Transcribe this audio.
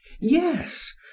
Yes